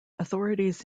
authorities